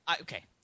Okay